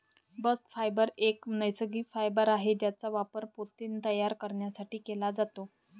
bast fibre एक नैसर्गिक fibre आहे ज्याचा वापर पोते तयार करण्यासाठी केला जातो